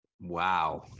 Wow